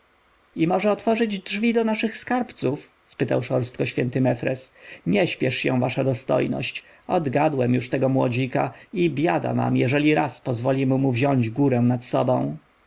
może otworzyć drzwi do naszych skarbców spytał szorstko święty mefres nie śpiesz się wasza dostojność odgadłem już tego młodzika i biada nam jeżeli raz pozwolimy mu wziąć górę nad sobą